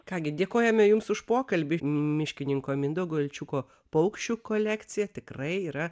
ką gi dėkojame jums už pokalbį miškininko mindaugo ilčiuko paukščių kolekcija tikrai yra